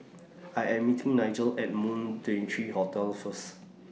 I Am meeting Nigel At Moon twenty three Hotel First